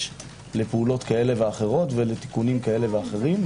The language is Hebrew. לפעולות כאלה ואחרות ולתיקונים כאלה ואחרים.